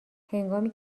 هنگامی